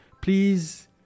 please